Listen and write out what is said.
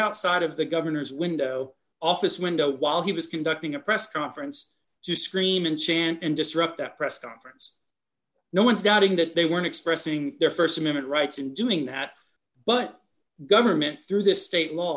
outside of the governor's window office window while he was conducting a press conference to scream and chant and disrupt that press conference no one's doubting that they weren't expressing their st amendment rights in doing that but government through this state law